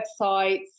websites